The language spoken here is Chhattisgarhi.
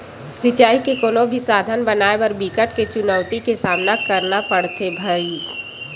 सिचई के कोनो भी साधन बनाए बर बिकट के चुनउती के सामना करना परथे भइर